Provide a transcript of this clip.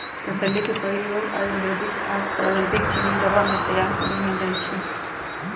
कसेली के प्रयोग आयुर्वेदिक आऽ पारंपरिक चीनी दवा के तइयार करेमे कएल जाइ छइ